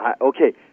Okay